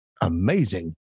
Amazing